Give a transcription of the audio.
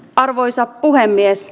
arvoisa puhemies